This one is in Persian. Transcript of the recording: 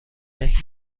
دهیم